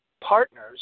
partners